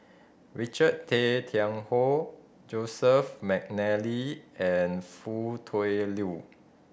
Richard Tay Tian Hoe Joseph McNally and Foo Tui Liew